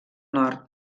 nord